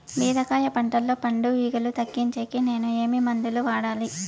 బీరకాయ పంటల్లో పండు ఈగలు తగ్గించేకి నేను ఏమి మందులు వాడాలా?